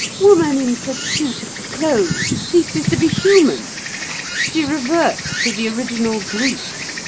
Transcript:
woman in pursuit of clothes ceases to be human she reverts to the original brute.